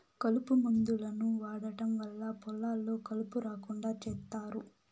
కలుపు మందులను వాడటం వల్ల పొలాల్లో కలుపు రాకుండా చేత్తారు